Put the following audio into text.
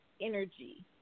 energy